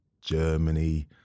Germany